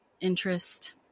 interest